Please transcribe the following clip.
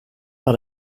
par